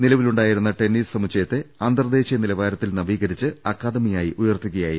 നിലവിലുണ്ടായിരുന്ന ടെന്നീസ് സമുച്ചയത്തെ അന്തർ ദേശീയ നിലവാരത്തിൽ നവീകരിച്ച് അക്കാദ മിയായി ഉയർത്തുകയായിരുന്നു